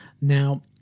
Now